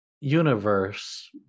universe